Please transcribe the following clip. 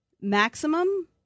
maximum